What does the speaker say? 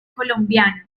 colombiano